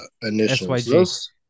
initials